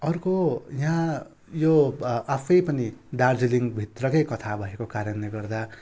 अर्को यहाँ यो आफै पनि दार्जिलिङभित्रकै कथा भएका कारणले गर्दा